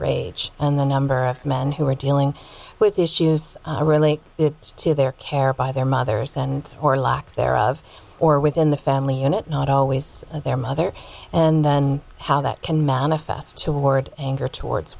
rage and the number of men who are dealing with issues relate to their care by their mothers and or lack thereof or within the family unit not always their mother and then how that can manifest toward anger towards